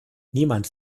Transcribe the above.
niemand